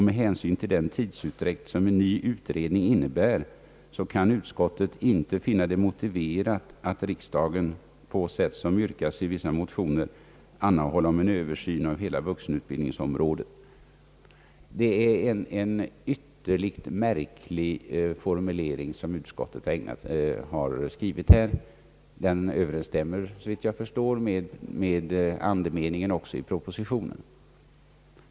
Med hänsyn till den tidsutdräkt som en ny utredning innebär kan utskottet inte finna det motiverat att riksdagen på sätt som yrkas i vissa motioner anhåller om en översyn av hela vuxenutbildningsområdet. Det är en ytterligt märklig formulering som utskottet på denna punkt åstadkommit. Den överensstämmer såvitt jag förstår också med andemeningen i propositionen.